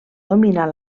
dominar